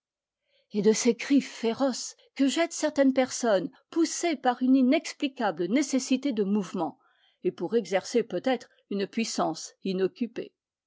et de ces cris féroces que jettent certaines personnes poussées par une inexplicable nécessité de mouvement et pour exercer peut-être une puissance inoccupée